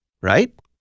right